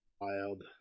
Wild